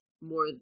more